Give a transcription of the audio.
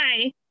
Hi